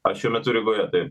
aš šiuo metu rygoje taip